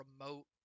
remote